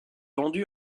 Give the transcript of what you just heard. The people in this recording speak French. vendue